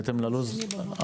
בהתאם ללו"ז.